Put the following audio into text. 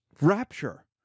rapture